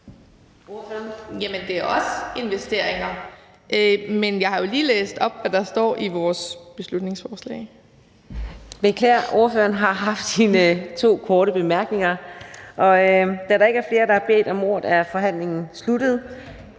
det er også investeringer. Jeg har jo lige læst op, hvad der står i vores beslutningsforslag. Kl. 17:04 Fjerde næstformand (Karina Adsbøl): Beklager, men ordføreren har haft sine to korte bemærkninger. Da der ikke er flere, der har bedt om ordet, er forhandlingen sluttet.